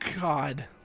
God